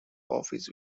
office